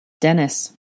Dennis